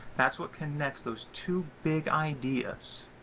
that's what connects those two big ideas,